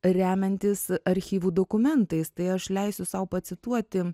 remiantis archyvų dokumentais tai aš leisiu sau pacituoti